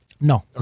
No